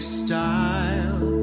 style